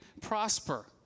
prosper